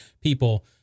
people